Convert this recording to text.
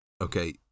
okay